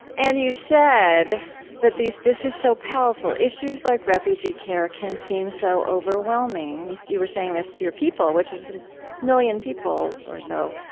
and you said but this is so powerful issues like refugee care can seem so overwhelming. you you were saying this to your people, which is million people or so.